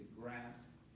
grasp